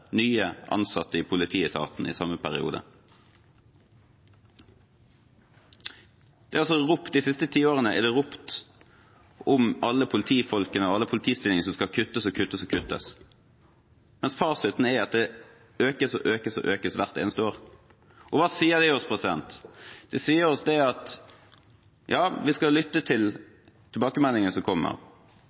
nye ansatte i politietatene i samme periode. Det er ropt de siste tiårene om alle politifolkene og alle politistillingene som skal kuttes og kuttes og kuttes, mens fasiten er at det økes og økes og økes hvert eneste år. Hva sier det oss? Det sier oss at vi skal lytte til tilbakemeldingene som kommer,